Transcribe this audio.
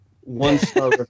one-star